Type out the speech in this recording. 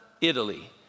Italy